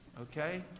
okay